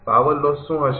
power loss શું હશે